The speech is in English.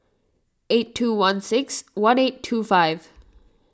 eight two one six one eight two five